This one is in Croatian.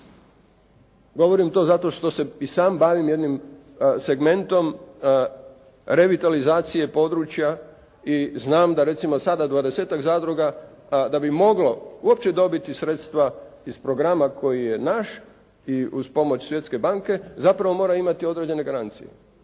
Govorim to zato što se i sam bavim jednim segmentom revitalizacije područja i znam da recimo sada dvadesetak zadruga, da bi moglo uopće dobiti sredstva iz programa koji je naš i uz pomoć Svjetske banke, zapravo mora imati određene garancije,